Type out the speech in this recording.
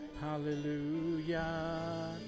hallelujah